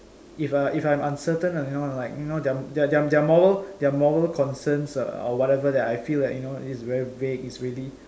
if I if I'm uncertain lah you know like your know their their their moral their moral concerns uh or whatever that I feel like you know is very vague its really